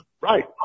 Right